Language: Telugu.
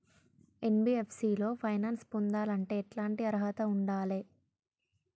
ఎన్.బి.ఎఫ్.సి లో ఫైనాన్స్ పొందాలంటే ఎట్లాంటి అర్హత ఉండాలే?